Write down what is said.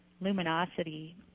luminosity